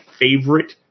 favorite